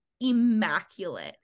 immaculate